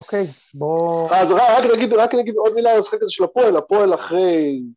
אוקי בוא, אז רק נגיד רק נגיד עוד מילה לשחק הזה של הפועל, הפועל אחרי